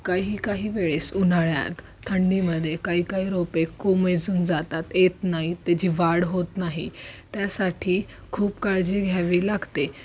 काही काही वेळेस उन्हाळ्यात थंडीमध्ये काही काही रोपे कोमेजून जातात येत ना त्याची वाढ होत नाही त्यासाठी खूप काळजी घ्यावी लागते